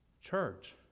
Church